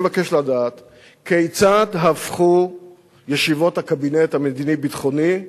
אני מבקש לדעת כיצד הפכו ישיבות הקבינט המדיני-ביטחוני,